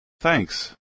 Thanks